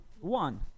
one